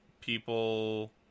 people